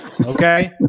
okay